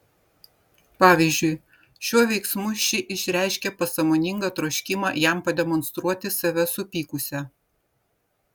pavyzdžiui šiuo veiksmu ši išreiškė pasąmoningą troškimą jam pademonstruoti save supykusią